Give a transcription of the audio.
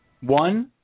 One